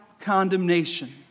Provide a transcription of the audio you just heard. condemnation